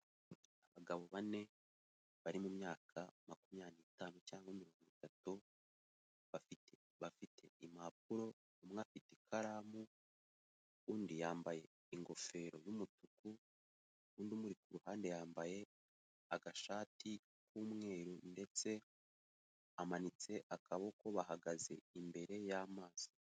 Abagabo bane bari mu myaka makumyabiri n'itanu cyangwa mirongo itatu bafite bafite impapuro umwe afite ikaramu undi yambaye ingofero n'umutuku undi umuri ku ruhande yambaye agashati k'umweru ndetse amanitse akaboko bahagaze imbere y'amazi.